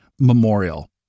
memorial